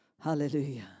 Hallelujah